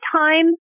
time